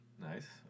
Nice